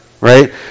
Right